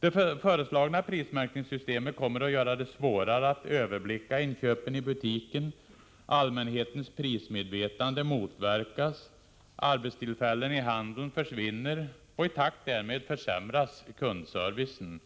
Det föreslagna prismärkningssystemet kommer att göra det svårare att överblicka inköpen i butiken. Allmänhetens prismedvetande motverkas. Arbetstillfällen i handeln försvinner, och i takt därmed försämras kundservicen.